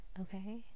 okay